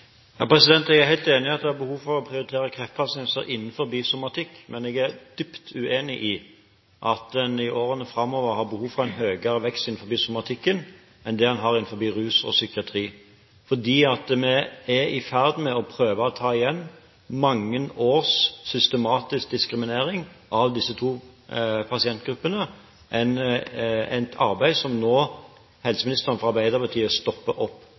Jeg er helt enig i at det er behov for å prioritere kreftpasienter innenfor somatikk, men jeg er dypt uenig i at en i årene framover har behov for en høyere vekst innenfor somatikken enn det en har innenfor rus og psykiatri. Vi er i ferd med å prøve å ta igjen mange års systematisk diskriminering av disse to pasientgruppene – et arbeid som helseministeren fra Arbeiderpartiet nå stopper opp.